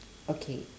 okay